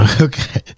Okay